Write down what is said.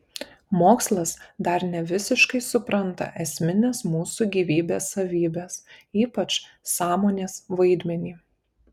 mokslas dar nevisiškai supranta esmines mūsų gyvybės savybes ypač sąmonės vaidmenį